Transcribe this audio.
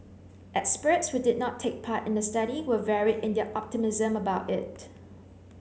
experts who did not take part in the study were varied in their optimism about it